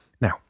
Now